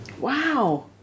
Wow